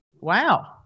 Wow